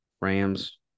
Rams